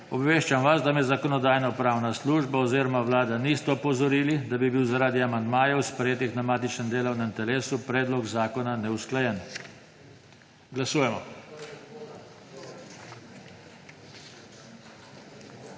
Obveščam vas, da me Zakonodajno-pravna služba oziroma Vlada nista opozorili, da bi bil zaradi amandmajev, sprejetih na matičnem delovnem telesu, predlog zakona neusklajen. Glasujemo.